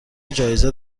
جایزه